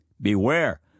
Beware